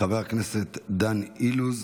חבר הכנסת דן אילוז,